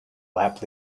lap